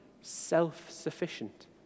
self-sufficient